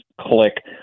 click